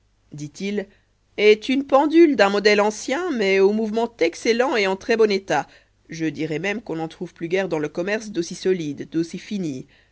dit-il est une pendule d'un modèle ancien mais au mouvement excellent et en très bon état je dirai même qu'on n'en trouve plus guère dans le commerce d'aussi solides d'aussi finies